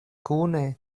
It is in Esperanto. kune